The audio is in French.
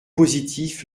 positif